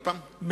סליחה?